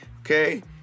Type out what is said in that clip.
Okay